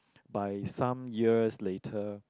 by some years later